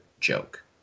joke